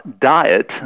diet